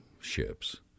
ships